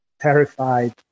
terrified